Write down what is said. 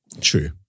True